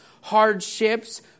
hardships